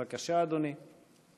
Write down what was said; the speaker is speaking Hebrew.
בבקשה, אדוני.